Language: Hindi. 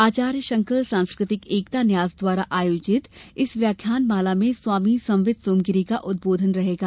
आचार्य शंकर सांस्कृतिक एकता न्यास द्वारा आयोजित इस व्याख्यान माला में स्वामी सम्वित सोमगिरी का उदबोधन रहेगा